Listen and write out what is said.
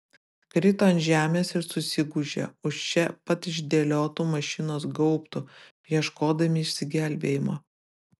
krito ant žemės ir susigūžė už čia pat išdėliotų mašinos gaubtų ieškodami išsigelbėjimo